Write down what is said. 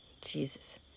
Jesus